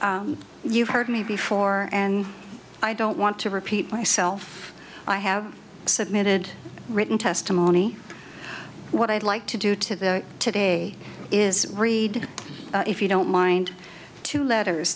you've heard me before and i don't want to repeat myself i have submitted written testimony what i'd like to do to the today is read if you don't mind two letters